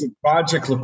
Project